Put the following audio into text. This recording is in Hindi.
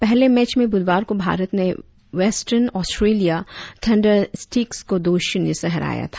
पहले मैच में ब्धवार को भारत ने वेस्टर्न ऑस्ट्रेलिया थंडरस्टिक्स को दो श्रन्य से हराया था